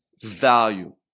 value